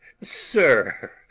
sir